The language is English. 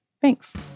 Thanks